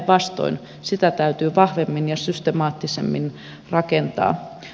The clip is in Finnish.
päinvastoin sitä täytyy vahvemmin ja systemaattisemmin rakentaa